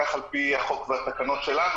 כך על פי החוק והתקנות שלנו.